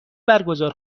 برگزار